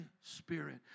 spirit